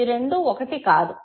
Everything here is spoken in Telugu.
ఈ రెండు ఒకటి కాదు